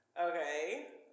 Okay